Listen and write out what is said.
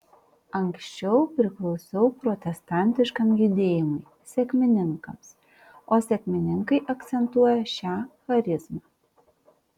anksčiau priklausiau protestantiškam judėjimui sekmininkams o sekmininkai akcentuoja šią charizmą